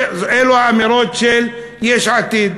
אלו האמירות של יש עתיד.